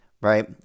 right